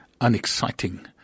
unexciting